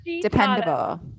Dependable